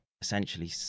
essentially